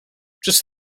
just